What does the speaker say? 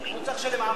אני אסביר.